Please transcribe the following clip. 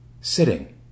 sitting